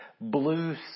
blue